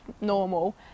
normal